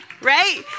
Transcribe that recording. right